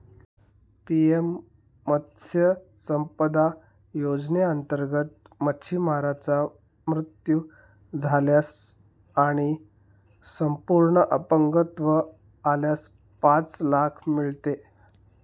PM मत्स्य संपदा योजनेअंतर्गत, मच्छीमाराचा मृत्यू झाल्यास आणि संपूर्ण अपंगत्व आल्यास पाच लाख मिळते